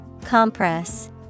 Compress